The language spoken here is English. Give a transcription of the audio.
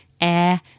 air